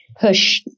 push